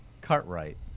Cartwright